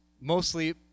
mostly